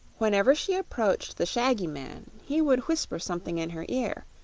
whenever she approached the shaggy man he would whisper something in her ear,